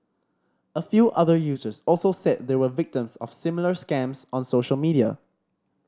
a few other users also said they were victims of similar scams on social media